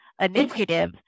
initiative